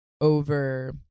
over